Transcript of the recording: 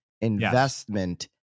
investment